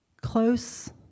close